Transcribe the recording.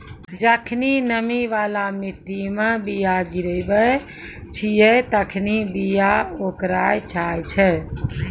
जखनि नमी बाला मट्टी मे बीया गिराबै छिये तखनि बीया ओकराय जाय छै